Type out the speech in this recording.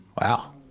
Wow